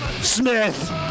Smith